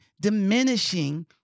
diminishing